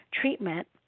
treatment